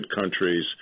countries